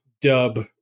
dub